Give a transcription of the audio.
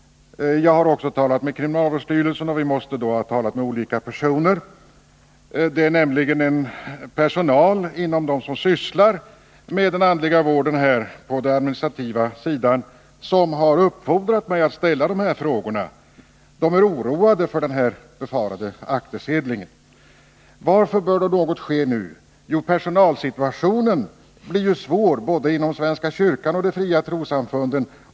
Jag har också talat med kriminalvårdsstyrelsen. Vi måste emellertid ha talat med olika personer. Det är nämligen den personal som på den administrativa sidan sysslar med frågan om den andliga vården som har uppfordrat mig att ställa de här frågorna. De är oroade för den befarade akterseglingen. Varför bör då något ske nu? Jo, först och främst blir ju personalsituationen svår både inom svenska kyrkan och inom de fria trossamfunden.